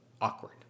awkward